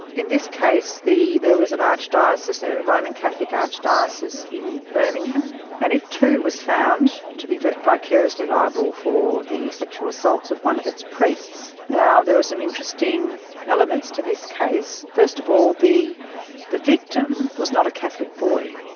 in this case there was an archdiocese, the ah roman catholic archdiocese in birmingham, and it too was found to be vicariously viable for the sexual assaults of one of its priests. now, there were some interesting elements to this case first of all the the victim was not a catholic boy.